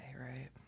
right